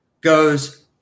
goes